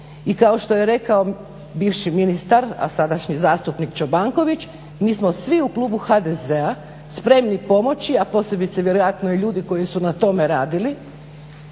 I kao što je rekao bivši ministar, a sadašnji zastupnik Čobanković, mi smo svi u klubu HDZ-a spremni pomoći, a posebice vjerojatno ljudi koji su na tome radili,